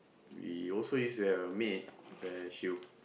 we also used to have a maid where she will